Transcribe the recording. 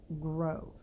growth